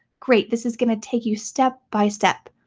great, this is gonna take you step by step.